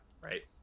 right